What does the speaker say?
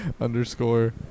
Underscore